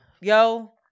Yo